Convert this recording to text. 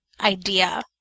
idea